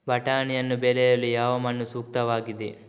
ಬಟಾಣಿಯನ್ನು ಬೆಳೆಯಲು ಯಾವ ಮಣ್ಣು ಸೂಕ್ತವಾಗಿದೆ?